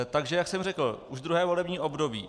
Takže jak jsem řekl, už druhé volební období.